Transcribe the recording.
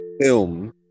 film